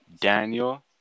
Daniel